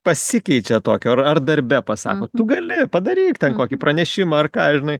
pasikeičia tokio ar ar darbe pasako tu gali padaryk ten kokį pranešimą ar ką žinai